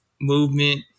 movement